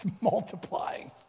multiplying